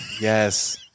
Yes